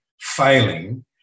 failing